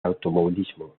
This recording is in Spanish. automovilismo